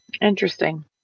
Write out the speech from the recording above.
interesting